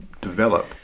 develop